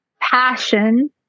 passion